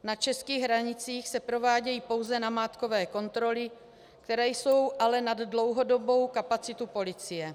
Na českých hranicích se provádějí pouze namátkové kontroly, které jsou ale nad dlouhodobou kapacitu policie.